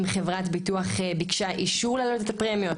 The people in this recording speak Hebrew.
חברת ביטוח ביקשה אישור להעלות את הפרמיות,